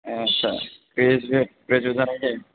आदसा graduate graduate जानायदों